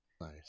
Nice